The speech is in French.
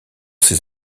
ces